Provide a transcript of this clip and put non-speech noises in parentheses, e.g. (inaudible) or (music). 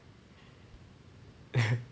(laughs)